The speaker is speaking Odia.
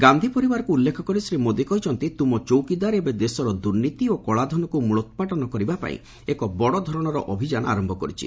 ଗାନ୍ଧି ପରିବାରକୁ ଉଲ୍ଲେଖ କରି ଶ୍ରୀ ମୋଦି କହିଛନ୍ତି ତୁମ ଚୌକିଦାର ଏବେ ଦେଶର ଦୁର୍ନୀତି ଓ କଳାଧନକୁ ମୁଳୋତ୍ପାଟନ କରିବା ପାଇଁ ଏକ ବଡ଼ ଧରଣର ଅଭିଯାନ ଆରମ୍ଭ କରିଛି